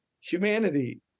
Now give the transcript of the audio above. humanity